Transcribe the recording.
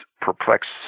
perplexed